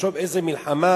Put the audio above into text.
תחשוב איזה מלחמה